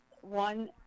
one